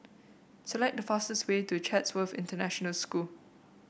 select the fastest way to Chatsworth International School